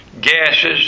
gases